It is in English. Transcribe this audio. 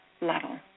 level